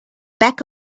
back